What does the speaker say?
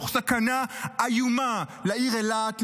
תוך סכנה איומה לעיר אילת,